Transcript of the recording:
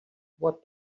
what